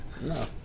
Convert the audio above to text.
no